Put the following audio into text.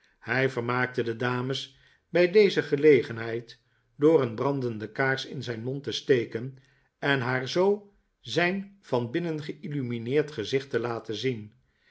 hij vermaakte de dames bij deze gelegenheid door een brandende kaars in zijn mond te steken en haar zdo zijn van binnen geillumineerd gezicht te laten zien